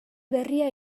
berria